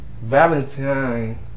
Valentine